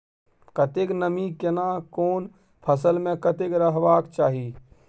कतेक नमी केना कोन फसल मे कतेक रहबाक चाही?